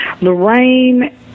Lorraine